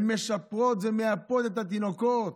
הן משפרות ומייפות את התינוקות,